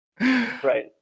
Right